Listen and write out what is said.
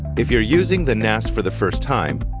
if you're using the nas for the first time,